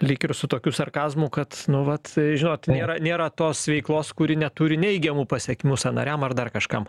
lyg ir su tokiu sarkazmu kad nu vat žinot nėra nėra tos veiklos kuri neturi neigiamų pasekmių sąnariam ar dar kažkam